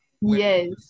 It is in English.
Yes